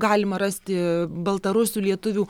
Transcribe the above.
galima rasti baltarusių lietuvių